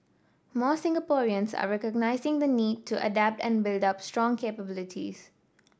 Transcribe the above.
more Singaporeans are recognising the need to adapt and build up strong capabilities